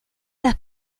las